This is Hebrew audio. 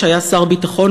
שהיה שר הביטחון,